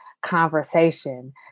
conversation